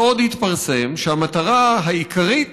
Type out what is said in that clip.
עוד התפרסם, שהמטרה העיקרית